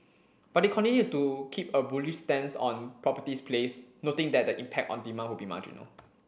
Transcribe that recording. but they continued to keep a bullish stance on properties plays noting that the impact on demand would be marginal